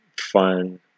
fun